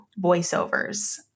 voiceovers